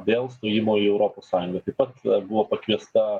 dėl stojimo į europos sąjungą taip pat buvo pakviesta